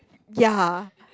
ya